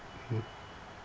mm